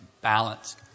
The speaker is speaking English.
Balance